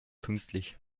pünktlich